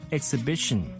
Exhibition